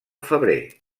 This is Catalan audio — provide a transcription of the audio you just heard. febrer